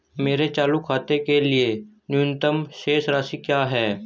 मेरे चालू खाते के लिए न्यूनतम शेष राशि क्या है?